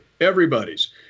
Everybody's